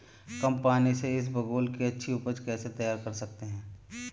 कम पानी से इसबगोल की अच्छी ऊपज कैसे तैयार कर सकते हैं?